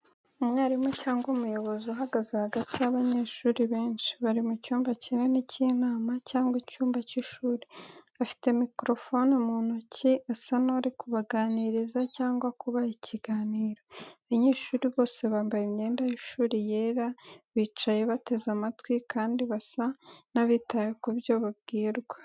Umwarimu cyangwa umuyobozi uhagaze hagati y’abanyeshuri benshi, bari mu cyumba kinini cy’inama cyangwa icyumba cy’ishuri. Afite mikorofone mu ntoki, asa n’uri kubaganiriza cyangwa kubaha ikiganiro. Abanyeshuri bose bambaye imyenda y’ishuri yera, bicaye bateze amatwi kandi basa n’abitaye ku byo babwirwa.